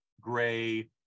gray